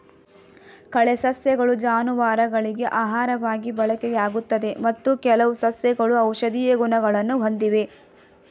ಕಳೆ ಸಸ್ಯಗಳು ಜಾನುವಾರುಗಳಿಗೆ ಆಹಾರವಾಗಿ ಬಳಕೆಯಾಗುತ್ತದೆ ಮತ್ತು ಕೆಲವು ಸಸ್ಯಗಳು ಔಷಧೀಯ ಗುಣಗಳನ್ನು ಹೊಂದಿವೆ